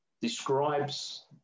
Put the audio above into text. describes